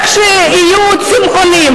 רק שיהיו צמחונים.